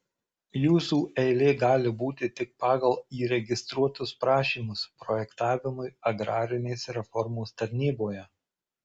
jūsų eilė gali būti tik pagal įregistruotus prašymus projektavimui agrarinės reformos tarnyboje